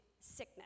sickness